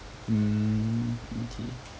mm okay